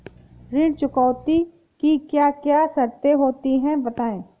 ऋण चुकौती की क्या क्या शर्तें होती हैं बताएँ?